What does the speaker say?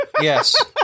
Yes